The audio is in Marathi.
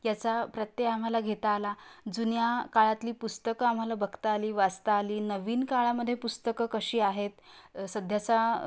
याचा प्रत्यय आम्हाला घेता आला जुन्या काळातली पुस्तकं आम्हाला बघता आली वाचता आली नवीन काळामध्ये पुस्तकं कशी आहेत सध्याचा